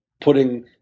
putting